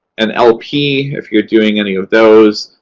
an lp, if you're doing any of those,